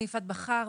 אני יפעת בחר,